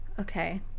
Okay